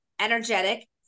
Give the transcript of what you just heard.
energetic